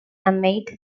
amid